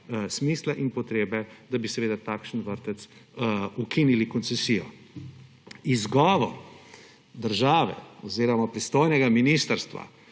smisla in potrebe, da bi seveda takšnemu vrtcu ukinili koncesijo. Izgovor države oziroma pristojnega ministrstva,